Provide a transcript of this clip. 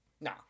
Nah